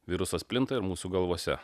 virusas plinta ir mūsų galvose